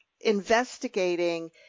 investigating